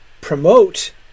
promote